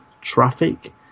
traffic